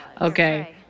Okay